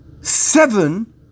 Seven